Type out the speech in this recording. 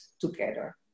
together